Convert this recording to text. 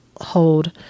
hold